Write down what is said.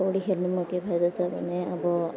पौडी खेल्नुमा के फाइदा छ भने अब